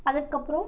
அதுக்கப்புறோம்